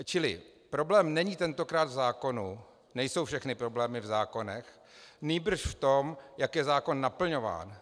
Čili problém není tentokrát v zákonu, nejsou všechny problémy v zákonech, nýbrž v tom, jak je zákon naplňován.